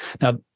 Now